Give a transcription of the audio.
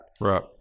Right